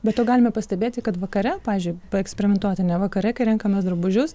be to galime pastebėti kad vakare pavyzdžiui paeksperimentuoti ane vakare kai renkamės drabužius